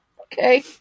Okay